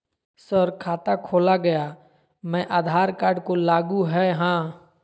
Sir खाता खोला गया मैं आधार कार्ड को लागू है हां?